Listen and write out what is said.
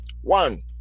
One